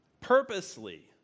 purposely